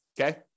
okay